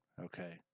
Okay